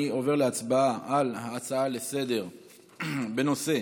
אני עובר להצבעה על ההצעה לסדר-היום בנושא: